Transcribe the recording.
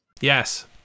Yes